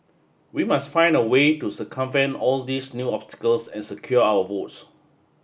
we must find a way to circumvent all these new obstacles and secure our votes